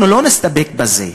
אנחנו לא נסתפק בזה,